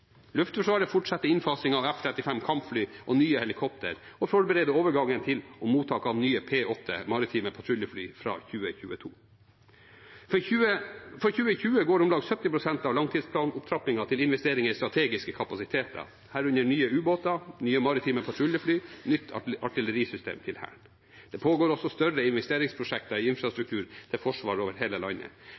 Luftforsvaret fortsetter innfasingen av F-35 kampfly og nye helikoptre og forbereder overgangen til og mottak av nye P-8 maritime patruljefly fra 2022. For 2020 går om lag 70 pst. av langtidsplanopptrappingen til investeringer i strategiske kapasiteter, herunder nye ubåter, nye maritime patruljefly og nytt artillerisystem til Hæren. Det pågår også større investeringsprosjekter i infrastruktur til Forsvaret over hele landet,